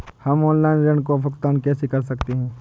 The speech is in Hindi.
हम ऑनलाइन ऋण का भुगतान कैसे कर सकते हैं?